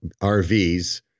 RVs